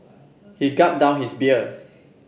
he gulped down his beer